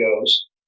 goes